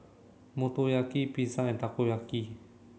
Motoyaki Pizza and Takoyaki